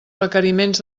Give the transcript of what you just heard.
requeriments